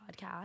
podcast